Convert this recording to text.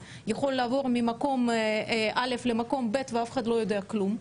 לעבור ממקום א' למקום ב' ואף אחד לא יודע כלום,